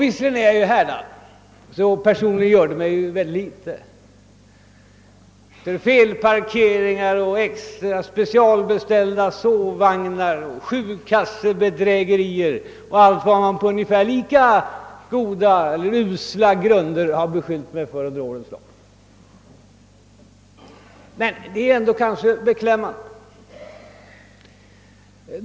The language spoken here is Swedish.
Visserligen är jag härdad, så personligen gör det mig väldigt litet — jag har på ungefär lika usla grunder under årens lopp blivit beskylld för felparkeringar, specialbeställda sovvagnar, sjukkassebedrägerier och mycket annat — men det är ändå beklämmande.